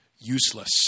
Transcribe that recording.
useless